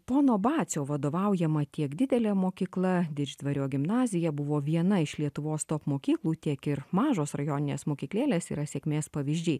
pono bacio vadovaujama tiek didelė mokykla didždvario gimnazija buvo viena iš lietuvos top mokyklų tiek ir mažos rajoninės mokyklėlės yra sėkmės pavyzdžiai